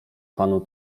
panu